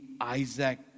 Isaac